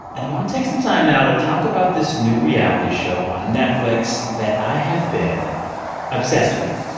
and i want to take some time now to talk about this new reality show on netflix that i have been obsessed with.